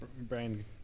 Brain